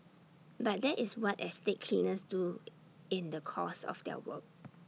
but that is what estate cleaners do in the course of their work